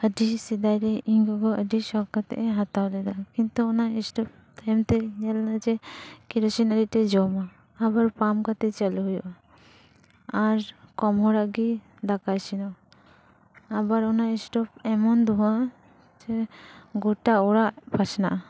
ᱟᱹᱰᱤ ᱥᱮᱫᱟᱭ ᱨᱮ ᱤᱧ ᱜᱚᱜᱚ ᱟᱹᱰᱤ ᱥᱚᱠᱷ ᱠᱟᱛᱮᱭ ᱦᱟᱛᱟᱣ ᱞᱮᱫᱟ ᱠᱤᱱᱛᱩ ᱚᱱᱟ ᱤᱥᱴᱳᱯ ᱛᱟᱭᱚᱢ ᱛᱮ ᱧᱮᱞᱱᱟ ᱡᱮ ᱠᱮᱨᱳᱥᱤᱱ ᱟᱹᱰᱤ ᱟᱸᱴᱮ ᱡᱚᱢᱟ ᱟᱵᱟᱨ ᱯᱟᱢ ᱠᱟᱛᱮ ᱪᱟᱹᱞᱩ ᱦᱩᱭᱩᱜᱼᱟ ᱟᱨ ᱠᱚᱢ ᱦᱚᱲᱟᱜ ᱜᱮ ᱫᱟᱠᱟ ᱤᱥᱤᱱᱚᱜᱼᱟ ᱟᱵᱟᱨ ᱚᱱᱟ ᱤᱥᱴᱳᱯ ᱮᱢᱚᱱ ᱫᱷᱩᱶᱟᱹᱜᱼᱟ ᱡᱮ ᱜᱚᱴᱟ ᱚᱲᱟᱜ ᱯᱟᱥᱱᱟᱜᱼᱟ